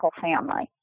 family